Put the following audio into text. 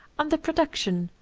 and the production,